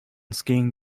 skiing